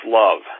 love